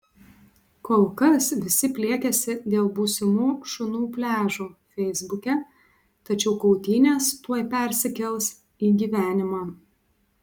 kol kas visi pliekiasi dėl būsimų šunų pliažų feisbuke tačiau kautynės tuoj persikels į gyvenimą